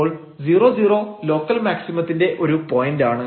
അപ്പോൾ 00 ലോക്കൽ മാക്സിമത്തിന്റെ ഒരു പോയന്റാണ്